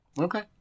Okay